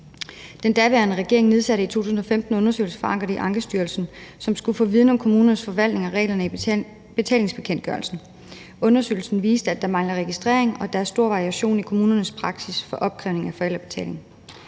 Den daværende regering fik i 2015 udarbejdet en undersøgelse forankret i Ankestyrelsen, som skulle give viden om kommunernes forvaltning af reglerne i betalingsbekendtgørelsen. Undersøgelsen viste, at der mangler registrering, og at der er stor variation i kommunernes praksis for opkrævning af forældrebetaling.